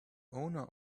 owner